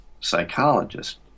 psychologist